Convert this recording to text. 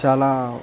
చాలా